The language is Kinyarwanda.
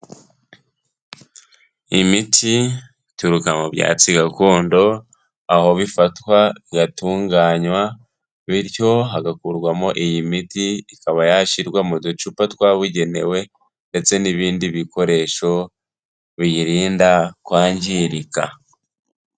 Imiti ituruka mu byatsi gakondo, aho bifatwa igatunganywa bityo hagakurwamo iyi miti ikaba yashyirwa mu ducupa twabugenewe ndetse n'ibindi bikoresho biyirinda kwangirika.